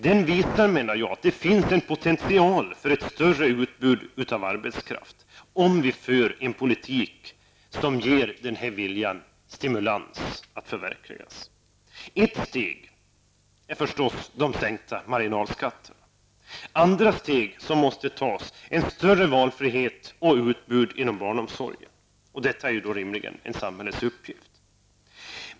Den visar, menar jag, att det finns en potential för ett större utbud av arbetskraft om vi för en politik som stimulerar den här viljan. Ett steg är förstås de sänkta marginalskatterna. Andra steg som måste tas är att ge större valfrihet och utbud inom barnomsorgen. Detta är då rimligen samhällets uppgift.